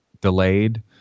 delayed